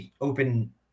open